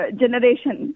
generation